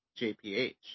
JPH